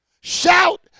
Shout